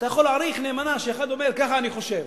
אתה יכול להעריך נאמנה שאחד אומר: ככה אני חושב.